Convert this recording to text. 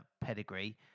pedigree